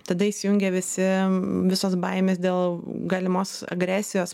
tada įsijungia visi visos baimės dėl galimos agresijos